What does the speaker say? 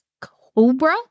Cobra